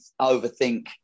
overthink